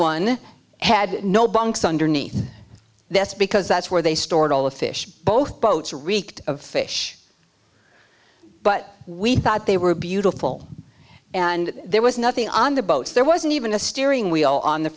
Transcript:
one had no bunks underneath that's because that's where they stored all the fish both boats reeked of fish but we thought they were beautiful and there was nothing on the boat there wasn't even a steering wheel on the